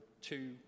two